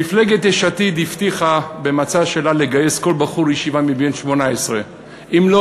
מפלגת יש עתיד הבטיחה במצע שלה לגייס כל בחור ישיבה מגיל 18. אם לא,